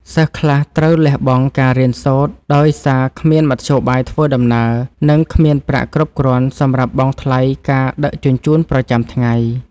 សិស្សខ្លះត្រូវលះបង់ការរៀនសូត្រដោយសារគ្មានមធ្យោបាយធ្វើដំណើរ និង គ្មានប្រាក់គ្រប់គ្រាន់សម្រាប់បង់ថ្លៃការដឹកជញ្ជូនប្រចាំថ្ងៃ។